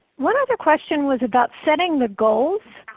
one other question was about setting the goals.